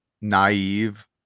naive